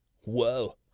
whoa